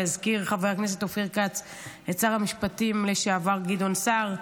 והזכיר חבר הכנסת אופיר כץ את שר המשפטים לשעבר גדעון סער.